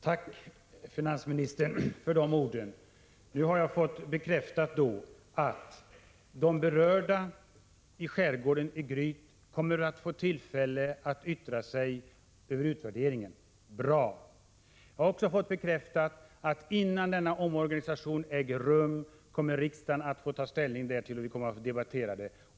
Herr talman! Tack för de orden, finansministern! Nu har jag fått bekräftat att de berörda i Gryts skärgård kommer att få tillfälle att yttra sig över utvärderingen — bra! Jag har också fått bekräftat att innan denna omorganisation äger rum riksdagen kommer att få debattera den och ta ställning därtill.